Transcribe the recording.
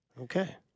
Okay